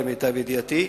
למיטב ידיעתי,